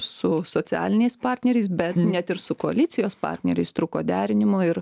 su socialiniais partneriais bet net ir su koalicijos partneriais trūko derinimo ir